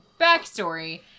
backstory